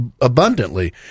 abundantly